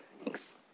Thanks